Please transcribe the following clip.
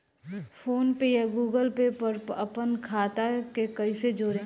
PhonePe या Google Pay पर अपना खाता के कईसे जोड़म?